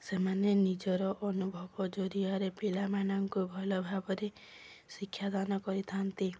ସେମାନେ ନିଜର ଅନୁଭବ ଜରିଆରେ ପିଲାମାନଙ୍କୁ ଭଲ ଭାବରେ ଶିକ୍ଷାଦାନ କରିଥାନ୍ତି